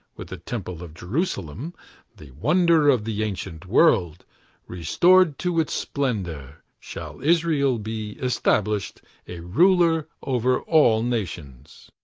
with the temple of jerusalem the wonder of the ancient world restored to its splendor, shall israel be established a ruler over all nations.